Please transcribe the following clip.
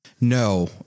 No